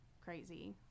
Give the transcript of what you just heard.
crazy